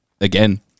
Again